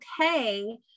okay